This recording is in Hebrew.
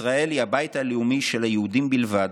ישראל היא הבית הלאומי של היהודים בלבד,